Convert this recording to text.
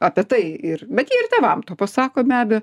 apie tai ir bet jie ir tėvam to pasako be abejo